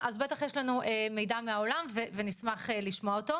בטח יש לנו מידע מהעולם ונשמח לשמוע אותו.